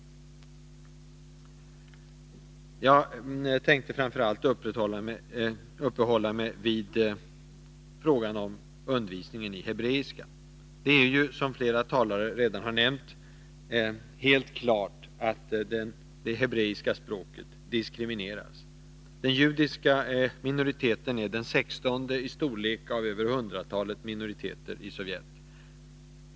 Tisdagen den Jag tänkte framför allt uppehålla mig vid frågan om undervisningen i 20 april 1982 hebreiska. Som några talare redan har nämnt, är det helt klart att det hebreiska språket diskrimineras. Den judiska minoriteten är den sextonde i storlek av över hundratalet minoriteter i Sovjetunionen.